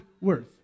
worth